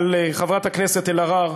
אבל, חברת הכנסת אלהרר,